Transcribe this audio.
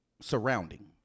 surrounding